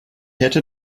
hätte